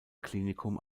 klinikum